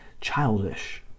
childish